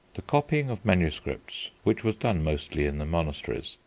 the copying of manuscripts, which was done mostly in the monasteries,